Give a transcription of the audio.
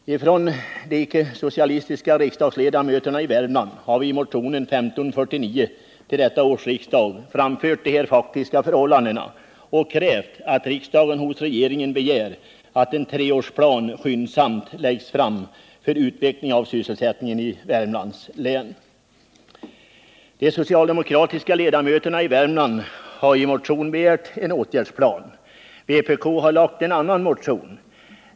Vi, de icke socialistiska riksdagsledamöterna i Värmland, har i motionen 1549 till detta års riksdag framfört dessa faktiska förhållanden och krävt att riksdagen hos regeringen begär att en treårsplan skyndsamt läggs fram för utveckling av sysselsättningen i Värmlands län. De socialdemokratiska riksdagsledamöterna i Värmland har i en motion begärt en åtgärdsplan. Vpk har väckt en annan motion.